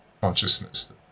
consciousness